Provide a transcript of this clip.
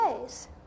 ways